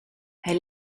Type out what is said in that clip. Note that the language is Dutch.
hij